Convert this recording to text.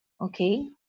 okay